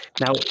Now